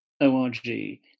org